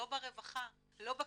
לא ברווחה, לא בקליטה,